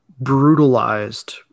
brutalized